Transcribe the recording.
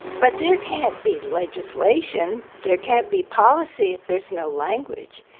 but there can't be legislation, there can't be policy if there is no language.